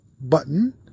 button